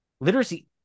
literacy